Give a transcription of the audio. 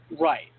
Right